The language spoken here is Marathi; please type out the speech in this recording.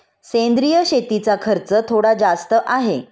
सेंद्रिय शेतीचा खर्च थोडा जास्त आहे